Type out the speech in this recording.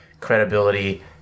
credibility